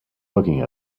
looking